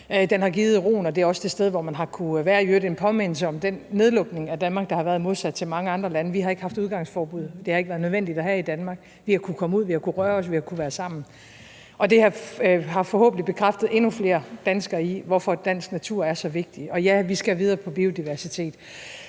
Den har givet roen, og det er også det sted, hvor man har kunnet være. Det er i øvrigt en påmindelse om den nedlukning af Danmark, der har været, i modsætning til mange andre lande, for vi har ikke haft udgangsforbud, da det ikke har været nødvendigt at have det i Danmark; vi har kunnet komme ud, vi har kunnet røre os, vi har kunnet være sammen, og det har forhåbentlig bekræftet endnu flere danskere i, hvorfor dansk natur er så vigtig. Og ja, vi skal videre på biodiversitetsområdet.